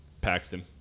Paxton